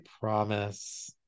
promise